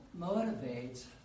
motivates